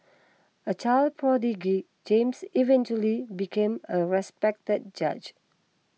a child prodigy James eventually became a respected judge